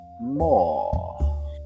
more